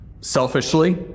Selfishly